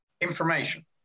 information